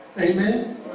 Amen